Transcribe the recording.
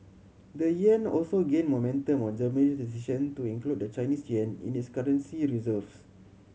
the yuan also gained momentum on Germany's decision to include the Chinese yuan in its currency reserves